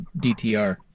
DTR